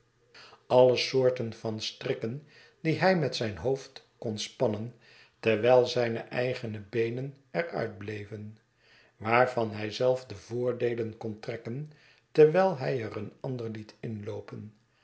alle soorten van strikken die hij met zijn hoofd kon spannen terwijl zijne eigenebeenen eruitbleven waarvan hy zelfde voordeelen kon trekken terwijl hij er een ander liet inloopen